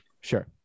Sure